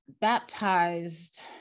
baptized